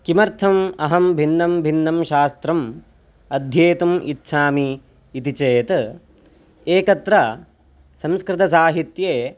किमर्थम् अहं भिन्नं भिन्नं शास्त्रम् अध्येतुम् इच्छामि इति चेत् एकत्र संस्कृतसाहित्ये